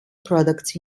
products